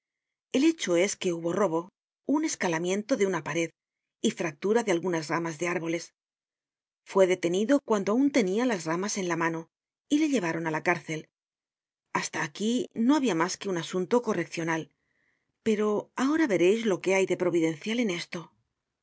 el hecho es que hubo robo con escalamiento de una pared y fractura de algunas ramas de árboles fue detenido cuando aun tenia las ramas en la mano y le llevaron á la cárcel hasta aquí no habia mas que un asunto correccional pero ahora vereis lo que hay de providencial en esto